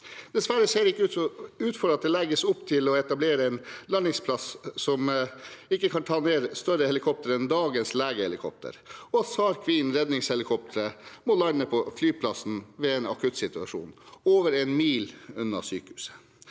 Dessverre ser det ut for at det legges opp til å etablere en landingsplass som ikke kan ta imot større helikoptre enn dagens legehelikoptre, og at SAR Queen redningshelikoptre må lande på flyplassen ved en akuttsituasjon – over 1 mil unna sykehuset.